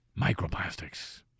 Microplastics